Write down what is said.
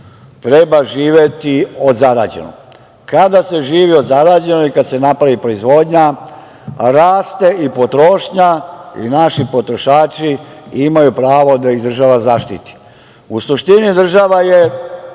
Treba živeti od zarađenog. Kada se živi od zarađenog i kada se napravi proizvodnja, raste i potrošnja i naši potrošači imaju pravo da ih država zaštiti. U suštini, državu su